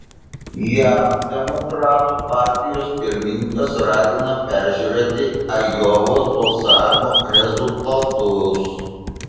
jav demokratų partijos pirmininkas ragina peržiūrėti ajovos balsavimo rezultatus